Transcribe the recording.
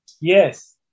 Yes